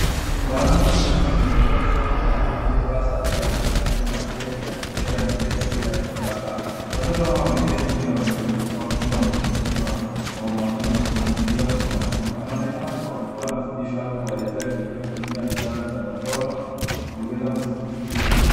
Mwanamke mchanga mwenye tabasamu, na aliyevaa shati ya rangi ya chungwa na sketi ya kitenge ameketi mbele ya watoto kadhaa. Watoto hao wameketi chini wame, wakiwa wamezunguka kwa umakini wakimsikiza kwa makini. Anaonekana kuwa anafunza kuwaelezea kitu akitumia ishara za mkono, kuongeza msisitizo.